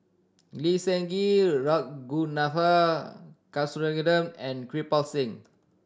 Lee Seng Gee Ragunathar Kanagasuntheram and Kirpal Singh